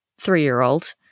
three-year-old